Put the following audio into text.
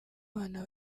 abana